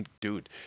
dude